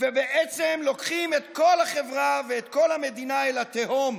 ובעצם לוקחים את כל החברה ואת כל המדינה אל התהום.